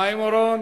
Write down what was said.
חיים אורון,